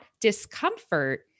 discomfort